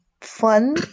fun